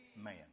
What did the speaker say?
man